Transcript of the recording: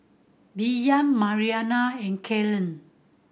Billie Mariana and Kellen